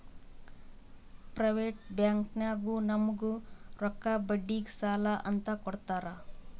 private ಬ್ಯಾಂಕ್ನಾಗು ನಮುಗ್ ರೊಕ್ಕಾ ಬಡ್ಡಿಗ್ ಸಾಲಾ ಅಂತ್ ಕೊಡ್ತಾರ್